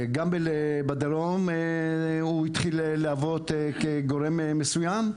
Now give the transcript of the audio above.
גם בדרום הוא התחיל להוות כגורם מסוים,